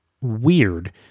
weird